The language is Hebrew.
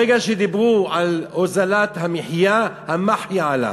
מרגע שדיברו על הוזלת המִחיה, המַחְיה עלה.